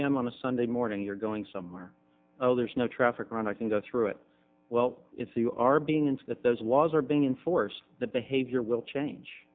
m on a sunday morning you're going somewhere oh there's no traffic on i can go through it well if you are being and that those laws are being enforced the behavior will change